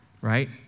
right